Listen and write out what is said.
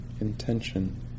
intention